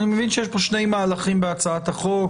אני מבין שיש פה שני מהלכים בהצעת החוק,